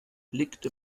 blickte